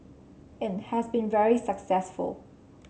it has been very successful